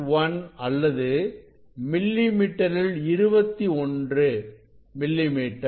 1 அல்லது மில்லி மீட்டரில் 21 மில்லிமீட்டர்